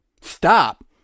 Stop